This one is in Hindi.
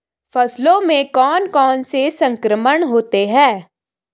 फसलों में कौन कौन से संक्रमण होते हैं?